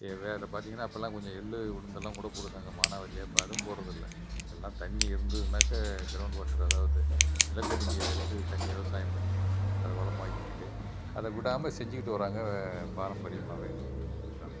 வேற பார்த்தீங்கன்னா அப்பெல்லாம் கொஞ்சம் எள் உளுந்தெல்லாம் கூட போட்டிருந்தாங்க மானாவரியாக இப்போ அதுவும் போடுறதில்ல எல்லாம் தண்ணி இருந்துதுன்னாக்க க்ரௌண்ட் வாட்டர் அதாவது நிலத்தடி நீரை எடுத்து தண்ணி விவசாயம் பண்ணி அதை வளமாக்கிக்கிட்டு அதை விடாமல் செஞ்சிக்கிட்டு வராங்க பாரம்பரியமாகவே அதுதான்